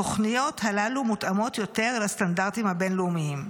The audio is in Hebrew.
התוכניות הללו מותאמות יותר לסטנדרטים הבין-לאומיים.